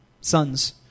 sons